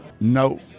No